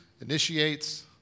initiates